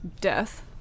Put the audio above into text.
death